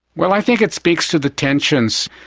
well, i think it speaks to the tensions.